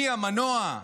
מי המנוע?